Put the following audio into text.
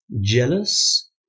Jealous